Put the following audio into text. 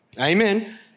Amen